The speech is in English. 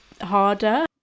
harder